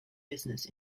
business